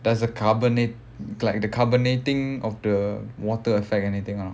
there's a carbonate like the carbonating of the water affect anything or not